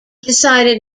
decided